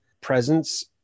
presence